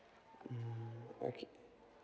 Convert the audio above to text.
mm okay